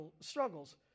struggles